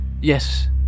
Yes